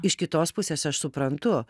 iš kitos pusės aš suprantu